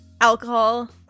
Alcohol